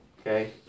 okay